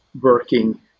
working